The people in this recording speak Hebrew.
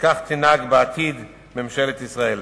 שכך תנהג בעתיד ממשלת ישראל.